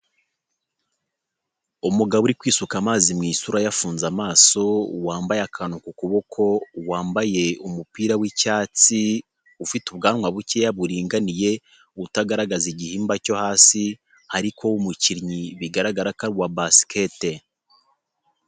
Umugabo uri kwisuka amazi mu isura yafunze amaso, wambaye akantu ku kuboko, wambaye umupira w'icyatsi, ufite ubwanwa bukeya buringaniye, utagaragaza igihimba cyo hasi, ariko w'umukinnyi bigaragara ko ari uwa basikete.